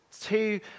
two